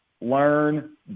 learn